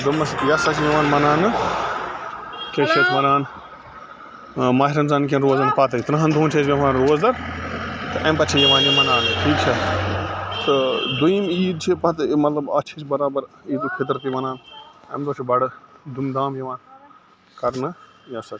دوٚپمَس یہِ ہسا چھِ یِوان مَناونہٕ کیٛاہ چھِ اَتھ وَنان ٲں ماہِ رمضان کیٚن روزان پَتٔے تٕرٛہَن دۄہَن چھِ أسۍ بیٚہوان روزدَر تہٕ اَمہِ پَتہٕ چھِ یِوان یہِ مَناونہٕ ٹھیٖک چھا تہٕ دوٚیِم عیٖد چھِ پتہٕ ٲں مطلب اَتھ چھِ أسۍ بَرابر عیٖد الفِطر تہِ وَنان اَمہِ دۄہ چھِ بَڑٕ دھوٗم دھام یِوان کرنہٕ یہِ ہسا چھُ